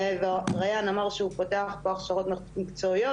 ריאן אמר שהוא פותח פה הכשרות מקצועיות,